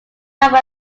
have